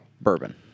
bourbon